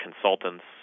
consultants